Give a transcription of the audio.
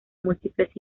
múltiples